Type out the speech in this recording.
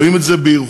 רואים את זה בירוחם,